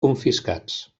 confiscats